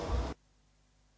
Hvala